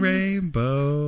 Rainbow